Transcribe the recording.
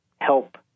help